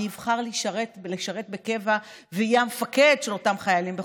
מי יבחר לשרת בקבע ויהיה המפקד של אותם חיילים בחובה,